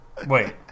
Wait